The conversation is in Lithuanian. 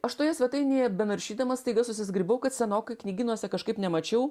aš toje svetainėje benaršydama staiga susizgribau kad senokai knygynuose kažkaip nemačiau